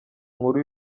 nkuru